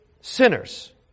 sinners